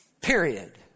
Period